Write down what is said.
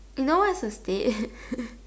you know what's a state